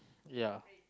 ya